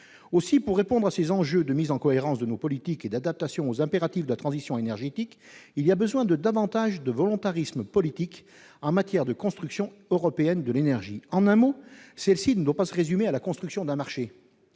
Pour répondre à ces enjeux de mise en cohérence de nos politiques et d'adaptation aux impératifs de la transition énergétique, nous avons besoin d'un plus grand volontarisme politique en matière de construction européenne de l'énergie qui ne doit pas se résumer à la construction d'un marché.